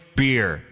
beer